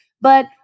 But-